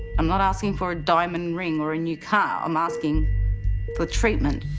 i'm not asking for a diamond ring or a new car. i'm asking for treatment.